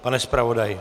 Pane zpravodaji...